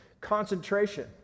concentration